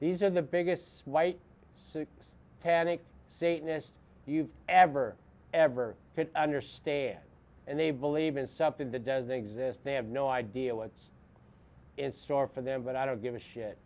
these are the biggest white six tannic satanists you've ever ever could understand and they believe in something that doesn't exist they have no idea what's in store for them but i don't give a shit